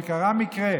כי קרה מקרה